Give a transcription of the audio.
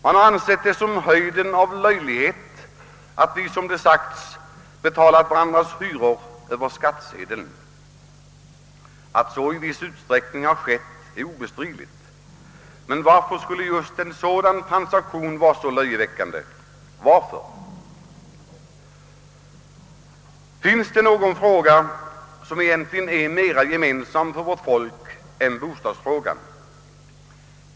Man har ansett det som höjden av löjlighet, att vi — som det sagts — betalar varandras hyror över skattsedeln. Det är obestridligt att så har skett i viss utsträckning, men varför skulle just en sådan transaktion vara så löjeväckande? Finns det egentligen någon fråga, som har så stort gemensamt intresse för vårt folk som bostadsfrågan?